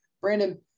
Brandon